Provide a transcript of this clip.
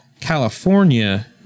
California